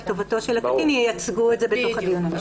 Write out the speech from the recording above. טובתו של הקטין ייצגו את זה בתוך הדיון המשפטי.